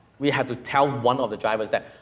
we have to tell one of the drivers that,